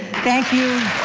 thank you.